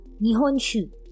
Nihonshu